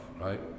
right